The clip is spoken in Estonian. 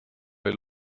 või